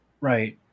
Right